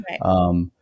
Right